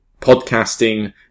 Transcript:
podcasting